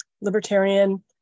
libertarian